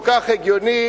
כל כך הגיוני,